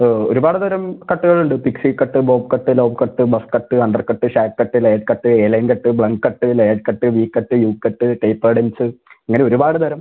ഒരുപാട് തരം കട്ടുകളുണ്ട് pixie cut ball cut low cut bus cut under cut shag cut layer cut align cut blunt cut layer cut V cut U cut tape അദെൻസ് ഇങ്ങനെ ഒരുപാട് തരം